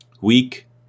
Weak